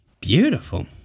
Beautiful